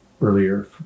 earlier